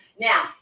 Now